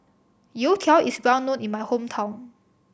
youtiao is well known in my hometown